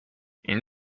این